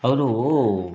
ಅವರು